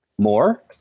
more